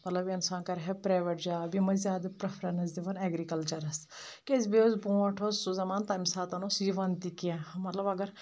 مطلب اِنسان کَرِ ہا پرٛیوَیٚٹ جاب یِم ٲسۍ زیادٕ پرٛفرَنٕس دِوَان ایٚگرِکَلچَرَس کیازِ بیٚیہِ اوس برونٛٹھ اوس سُہ زَمان تَمہِ ساتَن اوس یِوَان تہِ کینٛہہ مطلب اگر